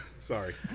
Sorry